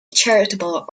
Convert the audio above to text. charitable